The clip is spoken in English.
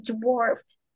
dwarfed